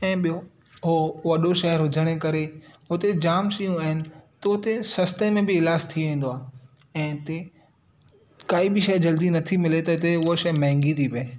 ऐं ॿियो हो वॾो शहर हुजण जे करे उते जाम शयूं आहिनि त हुते सस्ते में बि इलाज थी वेंदो आहे ऐं हुते काई बि शइ जल्दी नथी मिले त हिते उहा शइ महांगी थी पिए